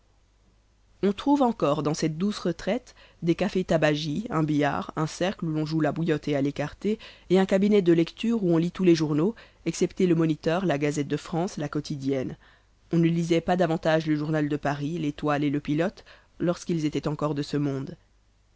on trouve encore dans cette douce retraite des cafés tabagies un billard un cercle où l'on joue à la bouillotte et à l'écarté et un cabinet de lecture où on lit tous les journaux excepté le moniteur la gazette de france la quotidienne on ne lisait pas davantage le journal de paris l'étoile et le pilote lorsqu'ils étaient encore de ce monde